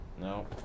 No